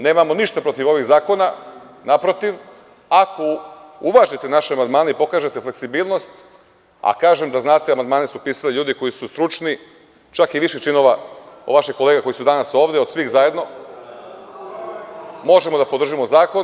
Nemamo ništa protiv protiv ovih zakona, naprotiv ako uvažite naše amandmane i pokažate fleksibilnost, a kažem da znate, amandmane su pisali ljudi koji su stručni, čak i više činova od vaših kolega koji su danas ovde, od svih zajedno, možemo da podržimo zakon.